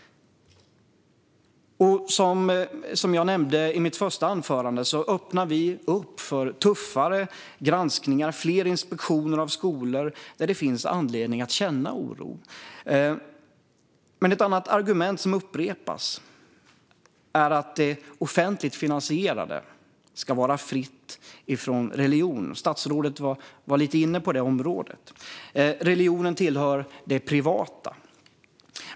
Som jag nämnde i mitt första anförande öppnar vi för tuffare granskningar och fler inspektioner av skolor där det finns anledning att känna oro. Ett annat argument som upprepas är att det offentligt finansierade ska vara fritt från religion. Statsrådet var lite inne på det området. Religionen tillhör det privata.